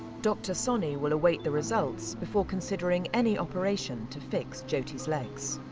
dr soni will await the results before considering any operation to fix jyoti's legs.